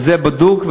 וזה בדוק,